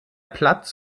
platz